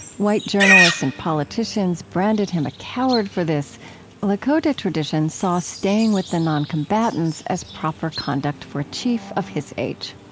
white journalists and politicians branded him a coward for this lakota tradition saw staying with the noncombatants as proper conduct for a chief of his age.